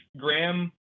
Graham